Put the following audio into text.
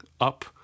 up